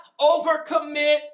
overcommit